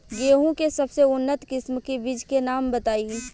गेहूं के सबसे उन्नत किस्म के बिज के नाम बताई?